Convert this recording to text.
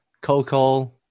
Coco